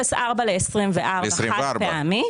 0.4% ל-24' באופן חד פעמי.